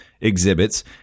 exhibits